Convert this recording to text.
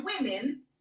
women